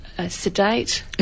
Sedate